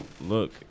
look